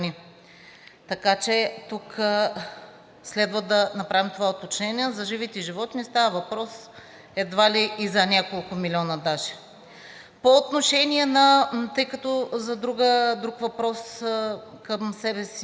така че тук следва да направим това уточнение. За живите животни става въпрос, едва ли и за няколко милиона даже. Тъй като за друг въпрос към себе си